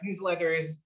newsletters